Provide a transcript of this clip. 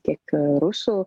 tiek rusų